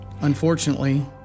Unfortunately